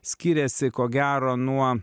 skiriasi ko gero nuo